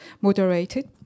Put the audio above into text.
moderated